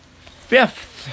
Fifth